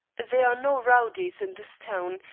there are no rowdies in this town,